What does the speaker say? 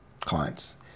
clients